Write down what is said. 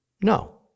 No